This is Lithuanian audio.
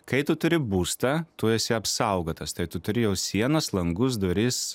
kai tu turi būstą tu esi apsaugotas tai tu turi jau sienas langus duris